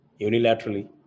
unilaterally